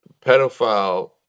pedophile